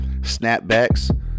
snapbacks